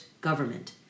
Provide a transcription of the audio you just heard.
government